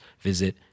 visit